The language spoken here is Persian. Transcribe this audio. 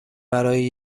برای